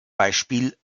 beispiel